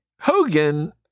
Hogan